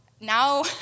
Now